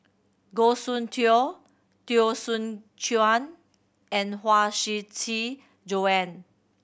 Goh Soon Tioe Teo Soon Chuan and Huang Shiqi Joan